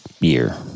year